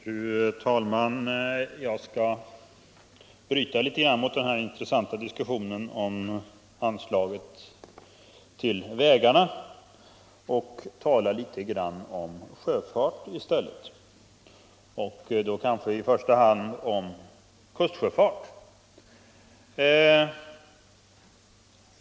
Fru talman! Jag skall inte fortsätta den här intressanta diskussionen om anslaget till vägarna utan i stället tala litet om sjöfart och då kanske i första hand om kustsjöfart.